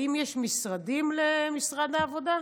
האם יש משרדים למשרד העבודה?